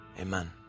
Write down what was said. Amen